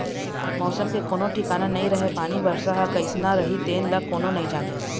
मउसम के कोनो ठिकाना नइ रहय पानी, बरसा ह कइसना रही तेन ल कोनो नइ जानय